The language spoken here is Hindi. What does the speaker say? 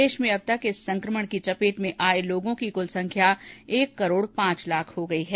देश में अब तक इस संक्रमण की चपेट में आये लोगों की कुल संख्या लगभग एक करोड़ पांच लाख हो गई है